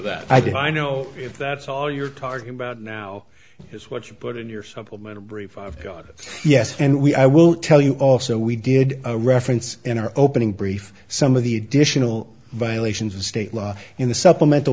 that i do i know if that's all you're talking about now is what you put in your supplemental brief i've got it yes and we i will tell you also we did reference in our opening brief some of the additional violations of state law in the supplemental